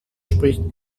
spricht